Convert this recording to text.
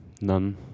None